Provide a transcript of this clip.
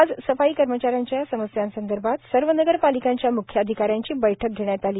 आज सफाई कर्मचा यांच्या समस्यांसंदर्भात सर्व नगर पालिकांच्या म्ख्याधिका यांची बैठक घेण्यात आली